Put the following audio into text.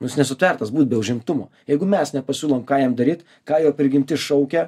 nu jis nesutvertas būt be užimtumo jeigu mes nepasiūlom ką jam daryt ką jo prigimtis šaukia